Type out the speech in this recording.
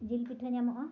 ᱡᱤᱞ ᱯᱤᱴᱷᱟᱹ ᱧᱟᱢᱚᱜᱼᱟ